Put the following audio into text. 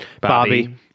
Bobby